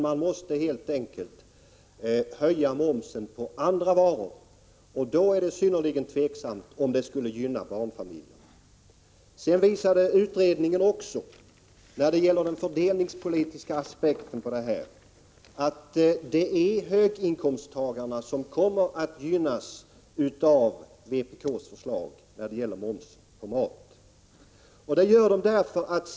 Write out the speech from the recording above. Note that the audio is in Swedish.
Man måste helt enkelt höja momsen på andra varor, och då är det synnerligen tveksamt om det skulle gynna barnfamiljerna. När det gäller den fördelningspolitiska aspekten vill jag säga att utredningen visade också att det är höginkomsttagarna som kommer att gynnas av vpk:s förslag beträffande moms på maten.